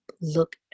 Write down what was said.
look